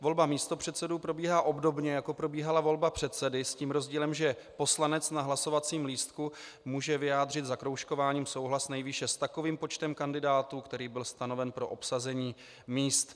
Volba místopředsedů probíhá obdobně, jako probíhala volba předsedy, s tím rozdílem, že poslanec na hlasovacím lístku může vyjádřit zakroužkováním souhlas nejvýše s takovým počtem kandidátů, který byl stanoven pro obsazení míst.